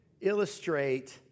illustrate